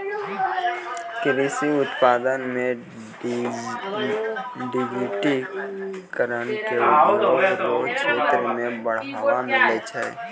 कृषि उत्पादन मे डिजिटिकरण से उद्योग रो क्षेत्र मे बढ़ावा मिलै छै